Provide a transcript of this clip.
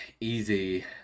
easy